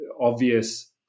obvious